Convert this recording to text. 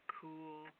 cool